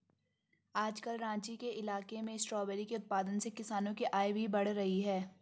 आजकल राँची के इलाके में स्ट्रॉबेरी के उत्पादन से किसानों की आय भी बढ़ रही है